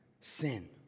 sin